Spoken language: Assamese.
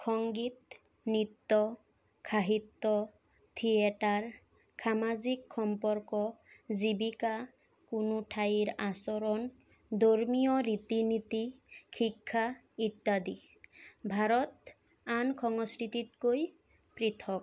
সংগীত নৃত্য সাহিত্য থিয়েটাৰ সামাজিক সম্পৰ্ক জীৱিকা কোনো ঠাইৰ আচৰণ ধৰ্মীয় ৰীতি নীতি শিক্ষা ইত্যাদি ভাৰত আন সংস্কৃতিতকৈ পৃথক